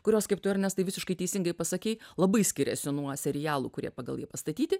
kurios kaip tu ernestai visiškai teisingai pasakei labai skiriasi nuo serialų kurie pagal jį pastatyti